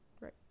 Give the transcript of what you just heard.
right